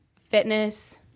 fitness